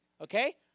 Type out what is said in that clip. okay